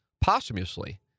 posthumously